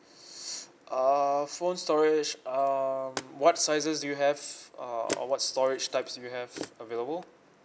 uh phone storage um what sizes do you have uh or what storage types do you have available